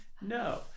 No